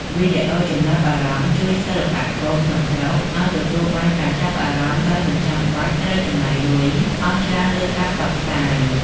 វីដេអូចំណាប់អារម្មណ៍ជួយសិល្បករក្នុងស្រុកឱ្យទទួលបានការចាប់អារម្មណ៍ដោយមិនចាំបាច់ត្រូវចំណាយលុយអស់ច្រើនលើការផ្សព្វផ្សាយ។